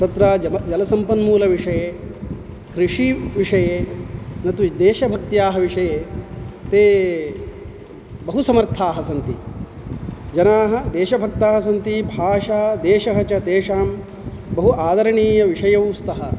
तत्र जल जलसम्पन्मूलविषये कृषिविषये न तु देशभक्त्याः विषये ते बहु समर्थाः सन्ति जनाः देशभक्ताः सन्ति भाषा देशः च तेषां बहु आदरणीयविषयौ स्तः